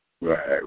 Right